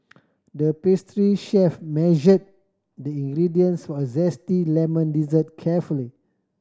the pastry chef measure the ingredients for a zesty lemon dessert carefully